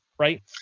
right